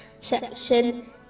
section